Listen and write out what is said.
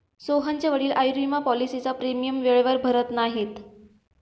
सोहनचे वडील आयुर्विमा पॉलिसीचा प्रीमियम वेळेवर भरत नाहीत